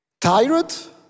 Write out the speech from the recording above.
Tyrant